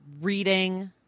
reading